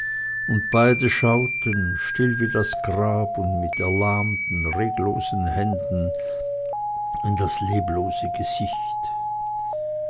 und beide schauten still wie das grab und mit erlahmten reglosen händen in das leblose gesicht